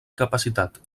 capacitat